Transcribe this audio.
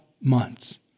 months